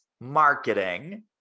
marketing